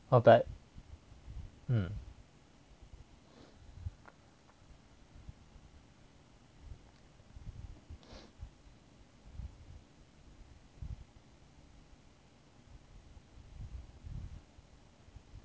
orh but mm